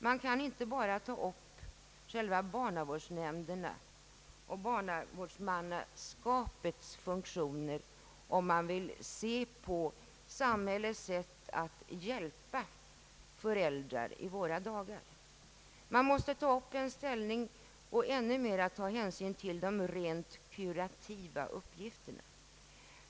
Man kan inte enbart ta upp själva barnavårdsnämnderna och barnavårdsmannaskapets funktioner om man vill se på samhällets sätt att hjälpa föräldrar i våra dagar. Man måste också ta ställning till och ännu mera hänsyn till de rent kurativa uppgifterna.